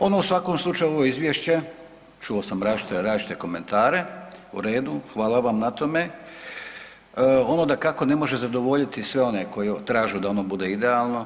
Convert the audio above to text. Ono u svakom slučaju ovo izvješće - čuo sam različite komentare, u redu, hvala vam na tome - ono dakako ne može zadovoljiti sve one koji traže da ono bude idealno.